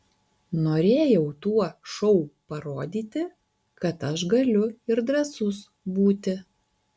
norėjau tuo šou parodyti kad aš galiu ir drąsus būti